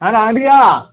யாரு ஆதியா